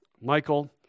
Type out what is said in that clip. Michael